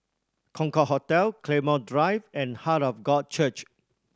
Concorde Hotel Claymore Drive and Heart of God Church